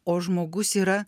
o žmogus yra